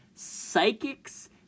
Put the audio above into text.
psychics